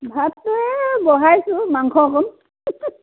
ভাতটো এই বঢ়াইছোঁ মাংস হ'ল